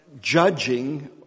judging